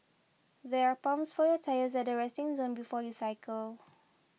there are pumps for your tyres at the resting zone before you cycle